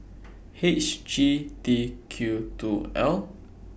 H G T Q two L